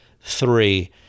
Three